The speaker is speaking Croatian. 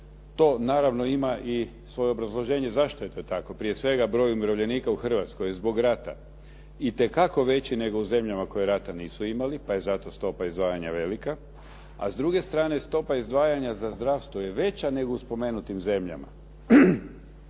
To naravno ima i svoje obrazloženje zašto je to tako. Prije svega, broj umirovljenika u Hrvatskoj je zbog rata i te kako veći u zemljama koje rata nisu imali, pa je zato stopa izdvajanja velika, a s druge strane, stopa izdvajanja za zdravstvo je veća nego u spomenutim zemljama.